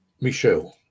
Michelle